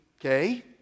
okay